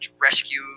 rescue